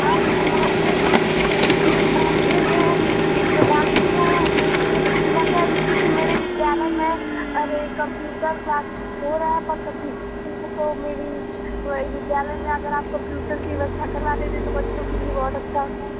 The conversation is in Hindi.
आप नमस्ते नमस्ते वह प्रधान जी वह वह मुझे मैं कहे रही थी कि मेरे विद्यालय में अरे कंप्यूटर क्लास हो रहा है पर कंप्यूटर को तो मेरी वही विद्यालय में अगर आप कंप्यूटर की व्यवस्था करवा देते तो बच्चों के लिए बहुत अच्छा होता